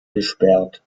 gesperrt